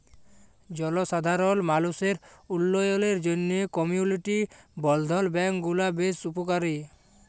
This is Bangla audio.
জলসাধারল মালুসের উল্ল্যয়লের জ্যনহে কমিউলিটি বলধ্ল ব্যাংক গুলা বেশ উপকারী